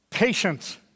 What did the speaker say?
Patience